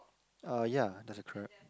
ah ya there is a crab